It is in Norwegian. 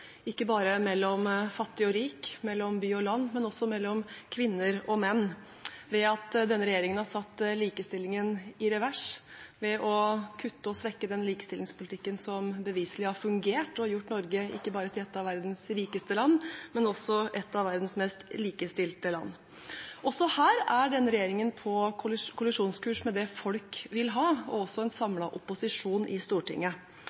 ikke bare mellom fattig og rik, mellom by og land, men også mellom kvinner og menn ved at den har satt likestillingen i revers, ved å kutte og svekke den likestillingspolitikken som beviselig har fungert og gjort Norge ikke bare til et av verdens rikeste land, men også et av verdens mest likestilte land. Også her er denne regjeringen på kollisjonskurs med det folk vil ha, og også med en samlet opposisjon i Stortinget.